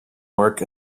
work